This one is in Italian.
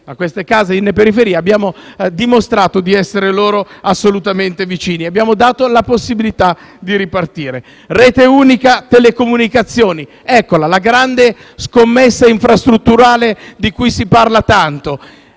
a chi ha casa in periferia, abbiamo dimostrato di essere loro assolutamente vicini e gli abbiamo dato la possibilità di ripartire. La rete unica delle telecomunicazioni è la grande scommessa infrastrutturale di cui si parla tanto.